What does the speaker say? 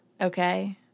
Okay